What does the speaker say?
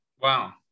Wow